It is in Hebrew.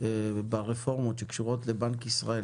ברפורמות שקשורות לבנק ישראל,